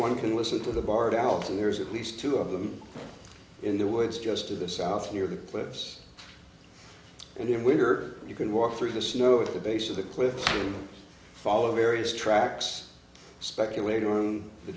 one can listen to the bard out and there's at least two of them in the woods just to the south near the cliffs and in winter you can walk through the snow at the base of the cliff follow various tracks speculate on the